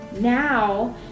now